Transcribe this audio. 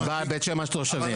אני בא בשם התושבים.